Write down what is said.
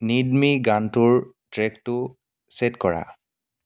নীড me গানটোৰ ট্ৰেকটো set কৰা